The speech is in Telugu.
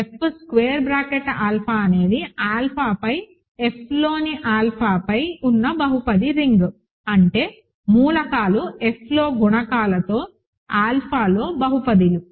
F స్క్వేర్ బ్రాకెట్ ఆల్ఫా అనేది ఆల్ఫాపై F లోని ఆల్ఫాపై ఉన్న బహుపది రింగ్ అంటే మూలకాలు F లో గుణకాలతో ఆల్ఫాలో బహుపదిలు